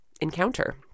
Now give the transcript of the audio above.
encounter